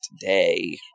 today